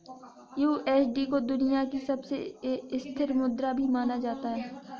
USD को दुनिया की सबसे स्थिर मुद्रा भी माना जाता है